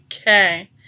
Okay